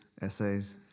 essays